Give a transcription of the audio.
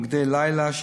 מוקדי לילה,